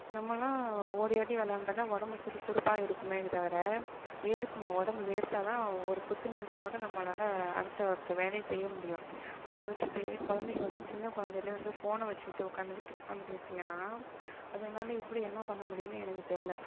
நம்மெல்லாம் ஓடி ஆடி விளாண்டா தான் உடம்பு சுறுசுறுப்பாக இருக்குமே தவிர வேர்க்கணும் உடம்பு வேர்த்தாக தான் ஒரு புத்துணர்ச்சியோடு நம்மளால் அடுத்த அடுத்த வேலையை செய்ய முடியும் அதை விட்டுவிட்டு கொழந்தைங்க வந்து சின்ன கொழந்தைலே வந்து ஃபோனை வச்சுகிட்டு உட்காந்துகிட்டு உட்காந்துட்டு இருந்துச்சுங்கனா அதே மாதிரி எப்படி என்ன பண்ண முடியும்னு எனக்கு தெரில